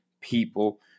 people